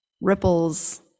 Ripples